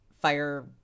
fire